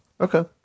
Okay